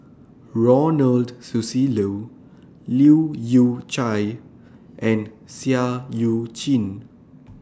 Ronald Susilo Leu Yew Chye and Seah EU Chin